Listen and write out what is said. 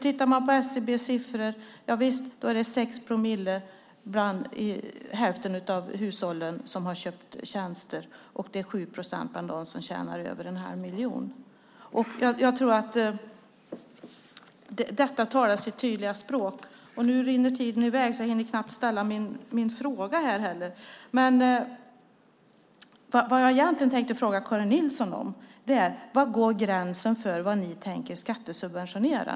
Tittar man på SCB:s siffror var det 6 promille av dem med en årsinkomst under 200 000 och 7 procent av dem med en årsinkomst över en halv miljon som köpte hushållsnära tjänster. Dessa siffror talar sitt tydliga språk. Nu rinner tiden i väg, så jag hinner knappt ställa min fråga. Det jag egentligen tänkte fråga Karin Nilsson är: Var går gränsen för vad ni tänker skattesubventionera?